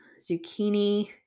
zucchini